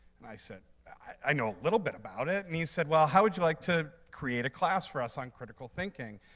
and i said, i know a little bit about it. and he said, well how would you like to create a class for us on critical thinking?